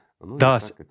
Thus